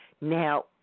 Now